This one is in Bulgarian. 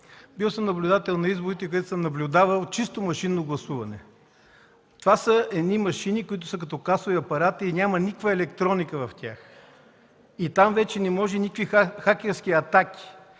Бил съм наблюдател на изборите, където съм наблюдавал чисто машинно гласуване. Това са машини, които са като касови апарати, в тях няма никаква електроника. Там вече не може да има никакви хакерски атаки.